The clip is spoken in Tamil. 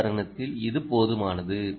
இந்த தருணத்தில் இது போதுமானது